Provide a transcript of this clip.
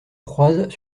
croisent